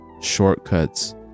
shortcuts